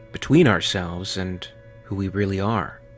between ourselves and who we really are.